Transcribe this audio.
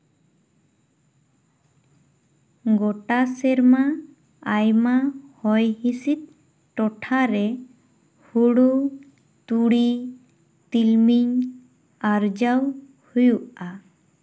ᱜᱳᱴᱟ ᱥᱮᱨᱢᱟ ᱟᱭᱢᱟ ᱦᱚᱭ ᱦᱤᱸᱥᱤᱫ ᱴᱚᱴᱷᱟᱨᱮ ᱦᱳᱲᱳ ᱛᱩᱲᱤ ᱛᱤᱞᱢᱤᱧ ᱟᱨᱡᱟᱣ ᱦᱩᱭᱩᱜᱼᱟ